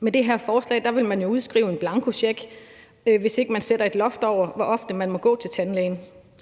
Med det her forslag ville man jo udskrive en blankocheck, hvis ikke man sætter et loft over, hvor ofte man må gå til tandlægen.